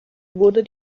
wurde